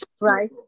Right